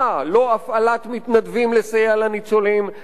לא הפעלת מתנדבים לסייע לניצולים למלא